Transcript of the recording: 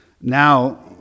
now